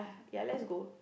ya let's go